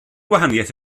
gwahaniaeth